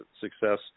success